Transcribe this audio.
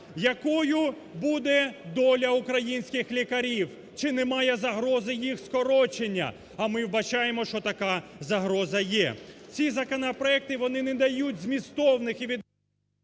Якою буде доля українських лікарів, чи немає загрози їх скорочення, а ми вбачаємо, що така загроза є. Ці законопроекти, вони не дають змістовних і…